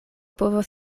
povos